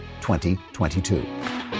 2022